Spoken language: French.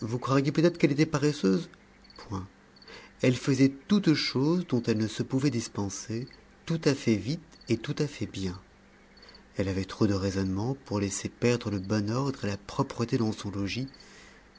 vous croiriez peut-être qu'elle était paresseuse point elle faisait toutes choses dont elle ne se pouvait dispenser tout à fait vite et tout à fait bien elle avait trop de raisonnement pour laisser perdre le bon ordre et la propreté dans son logis